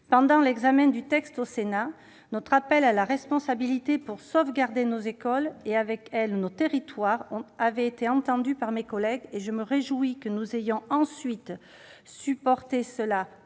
Pendant l'examen du texte au Sénat, notre appel à la responsabilité pour sauvegarder nos écoles et, avec elles, nos territoires, avait été entendu par mes collègues. Je me réjouis que nous ayons ensuite su porter cela